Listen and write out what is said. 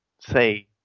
say